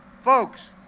Folks